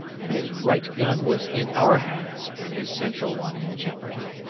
and his right gun was in our hands and his central one in jeopardy.